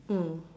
mm